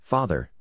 Father